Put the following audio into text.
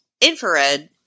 infrared